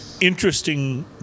interesting